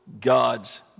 God's